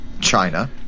China